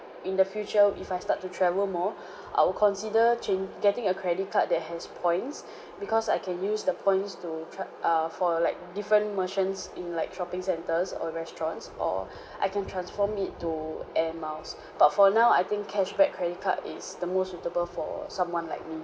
in the future if I start to travel more I will consider chan~ getting a credit card that has points because I can use the points to tra~ err for like different merchants in like shopping centres or restaurants or I can transform it to air miles but for now I think cashback credit card is the most suitable for someone like me